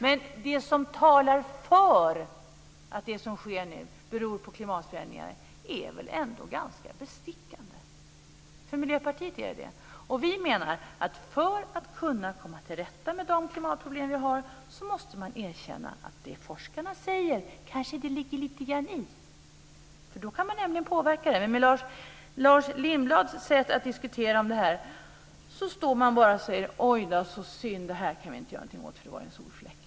Men det som talar för att det som sker nu beror på klimatförändringar är väl ändå ganska bestickande. För Miljöpartiet är det så. Vi menar att för att kunna komma till rätta med de klimatproblem vi har måste vi erkänna att det kanske ligger lite i det som forskarna säger. Då kan man nämligen påverka det. Men med Lars Lindblads sätt att diskutera detta står man bara och säger: Oj då, så synd. Det här kan vi inte göra någonting åt. Det var en solfläck.